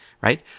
Right